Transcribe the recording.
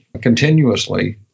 continuously